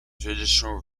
traditional